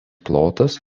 plotas